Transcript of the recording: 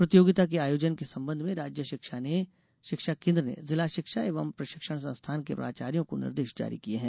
प्रतियोगिता के आयोजन के संबंध में राज्य शिक्षा केन्द्र ने जिला शिक्षा एवं प्रशिक्षण संस्थान के प्राचार्यो को निर्देश जारी किये हैं